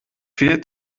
fehlt